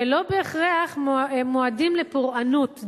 ולא בהכרח מועדים לפורענות,